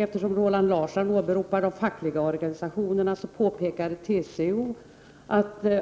Eftersom Roland Larsson åberopar de fackliga organisationerna vill jag nämna att TCO